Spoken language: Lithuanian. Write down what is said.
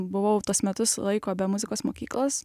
buvau tuos metus laiko be muzikos mokyklos